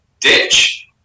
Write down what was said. ditch